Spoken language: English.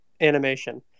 animation